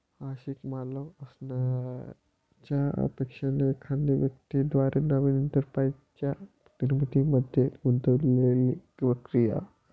आंशिक मालक असण्याच्या अपेक्षेने एखाद्या व्यक्ती द्वारे नवीन एंटरप्राइझच्या निर्मितीमध्ये गुंतलेली प्रक्रिया